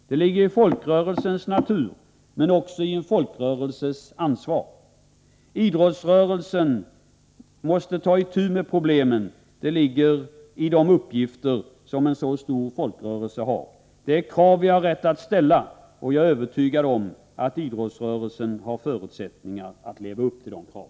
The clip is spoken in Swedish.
Det ligger i folkrörelsers natur men också i en folkrörelses ansvar. Idrottsrörelsen måste ta itu med sina problem. Det ligger i de uppgifter som en så stor folkrörelse har. Detta krav har vi rätt att ställa. Jag är övertygad om att idrottsrörelsen har förutsättningar att leva upp till dessa krav.